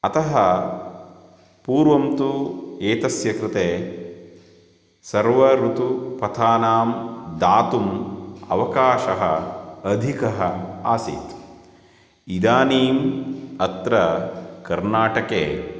अतः पूर्वं तु एतस्य कृते सर्व ऋतुपथानां दातुम् अवकाशः अधिकः आसीत् इदानीम् अत्र कर्नाटके